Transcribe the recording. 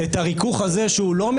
אדון פינדרוס,